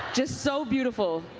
just so beautiful.